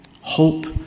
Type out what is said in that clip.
Hope